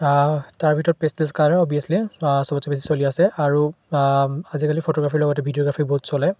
তাৰ ভিতৰত pastel colour অৱিয়াছলি সবতচে বেছি চলি আছে আৰু আজিকালি ফটোগ্ৰাফীৰ লগতে ভিডিঅ'গ্ৰাফী বহুত চলে